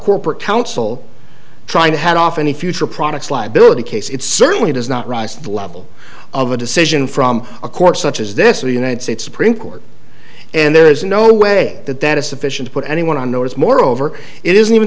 corporate counsel trying to head off any future products liability case it certainly does not rise to the level of a decision from a court such as this to the united states supreme court and there's no way that that is sufficient put anyone on notice moreover it isn't even